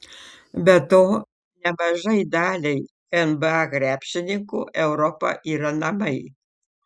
be to nemažai daliai nba krepšininkų europa yra namai